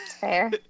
fair